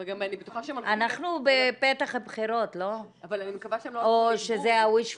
התבקשנו על ידי יושבת ראש הוועדה להציג